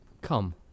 come